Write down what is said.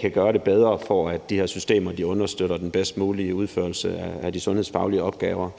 kan gøre det bedre, for at de her systemer understøtter den bedst mulige udførelse af de sundhedsfaglige opgaver.